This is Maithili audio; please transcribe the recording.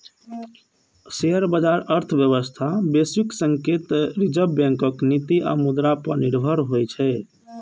शेयर बाजार अर्थव्यवस्था, वैश्विक संकेत, रिजर्व बैंकक नीति आ मुद्रा पर निर्भर होइ छै